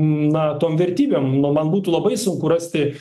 na tom vertybėm man būtų labai sunku rasti